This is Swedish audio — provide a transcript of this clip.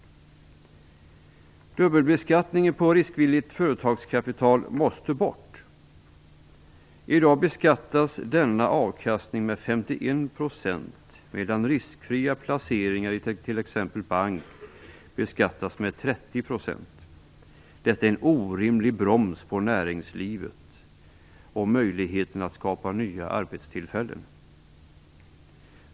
Dubbelbeskattningen på riskvilligt företagskapital måste bort. I dag beskattas denna avkastning med 51 % medan riskfria placeringar i t.ex. bank beskattas med 30 %. Detta är en orimlig broms på näringslivet och möjligheten att skapa nya arbetstillfällen.